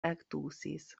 ektusis